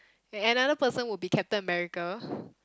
and another person would be Captain-America